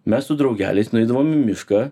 mes su draugeliais nueidavom į mišką